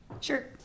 sure